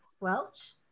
Welch